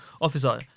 officer